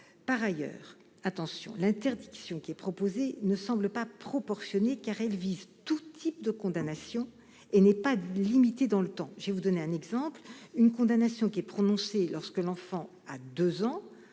Par ailleurs, l'interdiction proposée ne semble pas proportionnée, car elle vise tout type de condamnation et n'est pas limitée dans le temps. Je vais vous donner un exemple : une condamnation est prononcée lorsque l'enfant a 2 ans